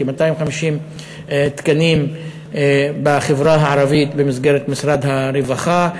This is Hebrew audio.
כ-250 תקנים בחברה הערבית במסגרת משרד הרווחה.